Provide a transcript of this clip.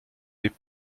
des